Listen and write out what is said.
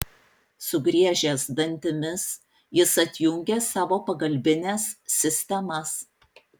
sugriežęs dantimis jis atjungė savo pagalbines sistemas